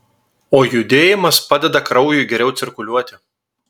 o judėjimas padeda kraujui geriau cirkuliuoti